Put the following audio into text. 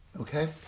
okay